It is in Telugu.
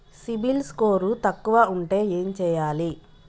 సిబిల్ స్కోరు తక్కువ ఉంటే ఏం చేయాలి?